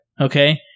Okay